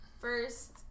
first